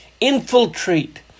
infiltrate